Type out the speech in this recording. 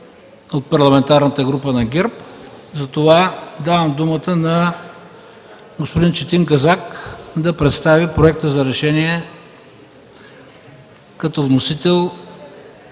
от Парламентарната група на ГЕРБ. Затова давам думата на господин Четин Казак да представи Проекта за решение за създаване